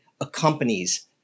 accompanies